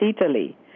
Italy